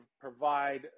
provide